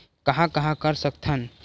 कहां कहां कर सकथन?